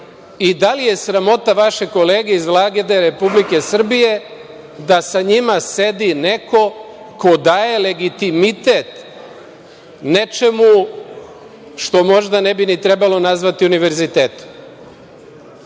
i da li je sramota vaše kolege iz Vlade Republike Srbije da sa njima sedi neko ko daje legitimitet nečemu što možda ni bi ni trebalo nazvati Univerzitetom?